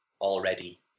already